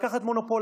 לקחת מונופול,